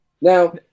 Now